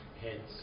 heads